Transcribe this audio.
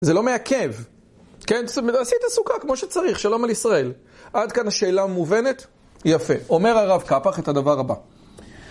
זה לא מעכב, כן? זאת אומרת, עשית סוכה כמו שצריך, שלום על ישראל. עד כאן השאלה מובנת? יפה. אומר הרב קפח את הדבר הבא.